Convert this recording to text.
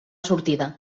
sortida